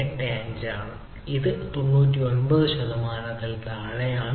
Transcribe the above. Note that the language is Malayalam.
385 ആണ് ഇത് 99 ശതമാനത്തിൽ താഴെയാണ്